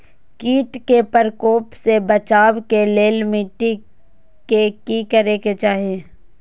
किट के प्रकोप से बचाव के लेल मिटी के कि करे के चाही?